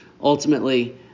ultimately